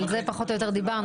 על זה פחות או יותר דיברנו.